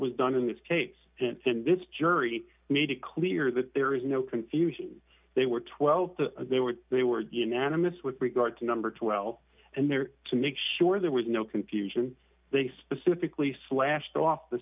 was done in this case in this jury made it clear that there is no confusion they were twelve the they were they were unanimous with regard to number twelve and there to make sure there was no confusion they specifically slashed off the